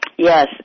Yes